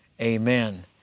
Amen